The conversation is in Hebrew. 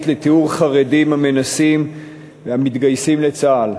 לתיאור חרדים המנסים והמתגייסים לצה"ל,